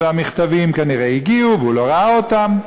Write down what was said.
והמכתבים כנראה הגיעו והוא לא ראה אותם.